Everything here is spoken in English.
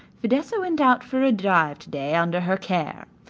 fidessa went out for a drive to-day under her care.